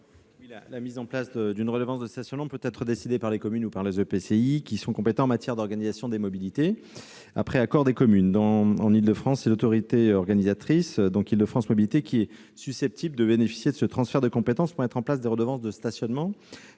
La mise en place d'une redevance de stationnement peut être décidée par les communes ou par les EPCI, qui sont compétents en matière d'organisation des mobilités, après accord des communes. Dans la région francilienne, c'est l'autorité organisatrice Île-de-France Mobilités qui est susceptible de bénéficier de ce transfert de compétence pour mettre en place des redevances de stationnement.